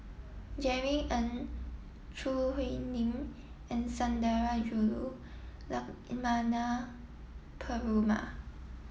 Jerry Ng Choo Hwee Lim and Sundarajulu Lakshmana Perumal